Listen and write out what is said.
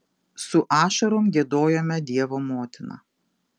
su ašarom giedojome dievo motiną